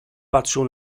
patrzył